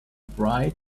bright